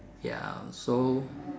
ya so